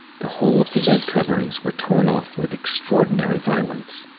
the whole of the bed coverings were torn off with extraordinary violence,